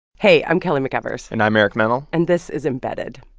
hey. i'm kelly mcevers and i'm eric mennel and this is embedded